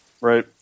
Right